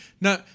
Now